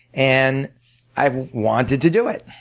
and i wanted to do it.